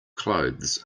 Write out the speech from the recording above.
clothes